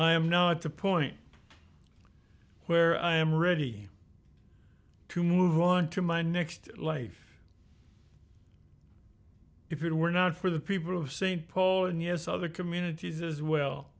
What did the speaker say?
i am now at the point where i am ready to move on to my next life if it were not for the people of st paul and yes other communities as well